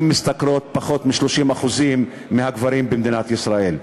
משתכרות 30% פחות מהגברים במדינת ישראל.